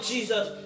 Jesus